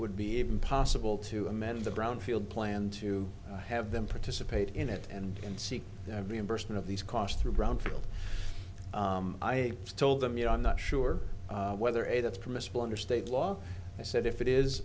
would be even possible to amend the brownfield plan to have them participate in it and seek reimbursement of these costs through brownfield i told them you know i'm not sure whether a that's permissible under state law i said if it is